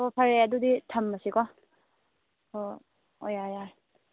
ꯑꯣ ꯐꯔꯦ ꯑꯗꯨꯗꯤ ꯊꯝꯃꯁꯤꯀꯣ ꯍꯣꯏ ꯑꯣ ꯌꯥꯔꯦ ꯌꯥꯔꯦ